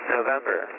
November